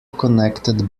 connected